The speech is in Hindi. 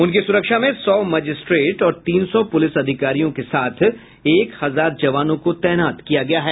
उनकी सुरक्षा में सौ मजिस्ट्रेट और तीन सौ पुलिस अधिकारियों के साथ एक हजार जवानों को तैनात किया गया है